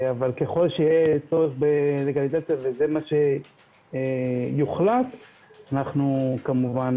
אבל ככל שיהיה צורך בלגליזציה וזה מה שיוחלט אנחנו כמובן